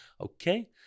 Okay